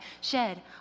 shed